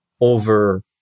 over